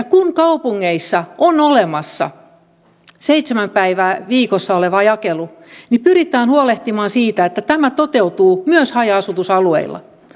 kun kaupungeissa on olemassa seitsemän päivää viikossa oleva jakelu pyritään huolehtimaan siitä että tämä toteutuu myös haja asutusalueilla